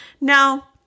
Now